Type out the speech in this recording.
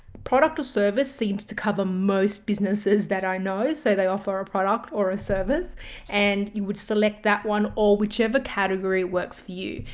product or service seems to cover most businesses that i know. let's say they offer a product or a service and you would select that one or whichever category works for you.